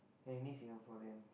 any Singaporean